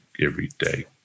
everyday